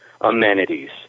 amenities